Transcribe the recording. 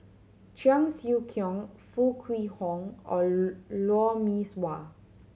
Cheong Siew Keong Foo Kwee Horng or Lou Mee Swah